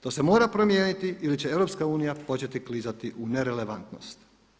To se mora promijeniti ili će EU početi klizati u nerelevantnost.